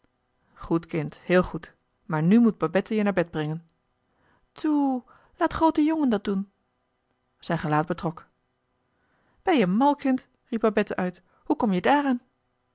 goed kind heel goed maar nu moet babette je naar bed brengen toe laat groote jongen dat doen zijn gelaat betrok ben-je mal kind riep babette uit hoe kom-je daaraan